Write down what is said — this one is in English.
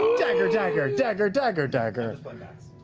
dagger, dagger, dagger, dagger, dagger but